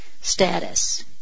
status